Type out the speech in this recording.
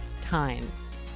times